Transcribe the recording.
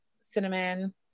cinnamon